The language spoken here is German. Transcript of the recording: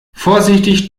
vorsichtig